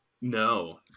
No